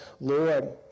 Lord